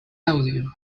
audio